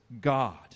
God